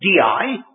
di